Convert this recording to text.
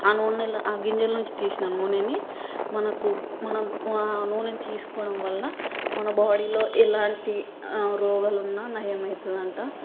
నూనెలో గింజలనుంచి తీసిన నూనెని మనకు మన నూనెని తీసుకోవడం వల్ల మన బాడీలో ఎలాంటి రోగాలున్నా నయమవుతుందంటా